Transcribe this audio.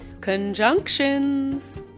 Conjunctions